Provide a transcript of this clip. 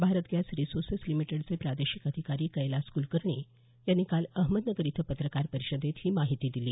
Bharat gas resources लिमिटेडचे प्रादेशिक अधिकारी कैलास कुलकर्णी यांनी काल अहमदनगर इथं पत्रकार परिषदेत ही माहिती दिली